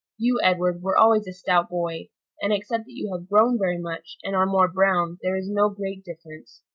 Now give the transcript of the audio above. you, edward, were always a stout boy and, except that you have grown very much, and are more brown, there is no great difference.